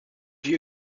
you